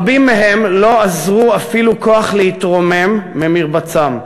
רבים מהם לא אזרו אפילו כוח להתרומם ממרבצם.